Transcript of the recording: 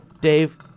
Dave